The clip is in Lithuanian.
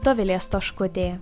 dovilė stoškutė